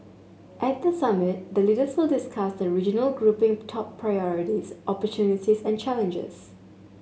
at the summit the leaders will discuss the regional grouping top priorities opportunities and challenges